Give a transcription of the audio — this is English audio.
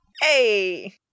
hey